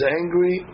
angry